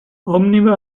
omniva